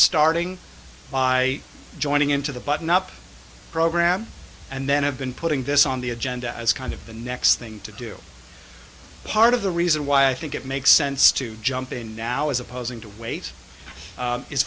starting by joining into the button up program and then have been putting this on the agenda as kind of the next thing to do part of the reason why i think it makes sense to jump in now as opposing to w